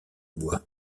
bois